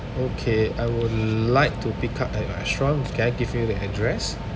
okay I would like to pick up at restaurant can I give you the address